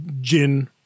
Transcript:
gin